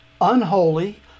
unholy